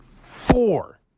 Four